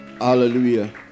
Hallelujah